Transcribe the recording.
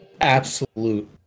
absolute